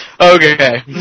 Okay